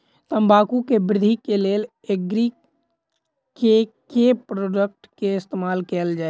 तम्बाकू केँ वृद्धि केँ लेल एग्री केँ के प्रोडक्ट केँ इस्तेमाल कैल जाय?